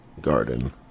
garden